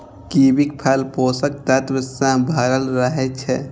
कीवीक फल पोषक तत्व सं भरल रहै छै